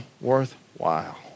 worthwhile